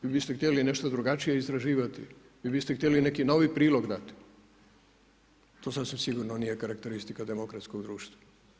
Vi biste htjeli nešto drugačije istraživati, vi biste htjeli neki novi prilog dati, to sasvim sigurno nije karakteristika demokratskog društva.